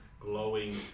glowing